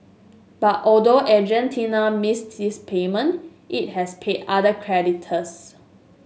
but although Argentina missed this payment it has paid other creditors